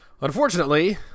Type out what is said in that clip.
Unfortunately